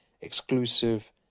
exclusive